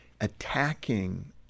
attacking